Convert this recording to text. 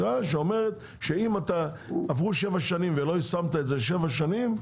שאומרת שאם עברו שבע שנים ולא יישמת את זה שבע שנים,